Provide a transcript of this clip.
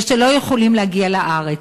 ולא יכולים להגיע לארץ.